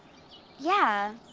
yeah.